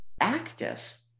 active